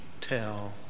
tell